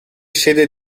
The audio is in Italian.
sede